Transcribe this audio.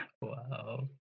Wow